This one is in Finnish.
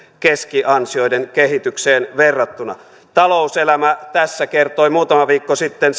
keskiansioiden kehitykseen verrattuna talouselämä tässä kertoi muutama viikko sitten